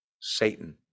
Satan